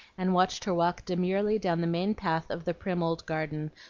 and watched her walk demurely down the main path of the prim old garden,